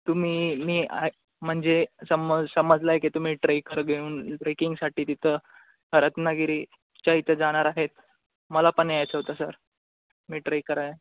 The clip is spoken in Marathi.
तुम्ही मी आय म्हणजे समज समजलाय की तुम्ही ट्रेकर घेऊन ट्रेकिंगसाठी तिथं रत्नागिरीच्या इथं जाणार आहेत मला पण यायचं होतं सर मी ट्रे कराया